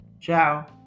Ciao